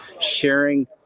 sharing